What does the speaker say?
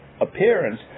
appearance